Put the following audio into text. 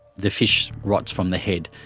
the fish rots from the head.